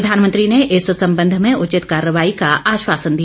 प्रधानमंत्री ने इस संबंध में उचित कार्रवाई का आश्वासन दिया